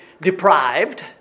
deprived